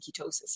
ketosis